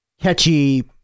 catchy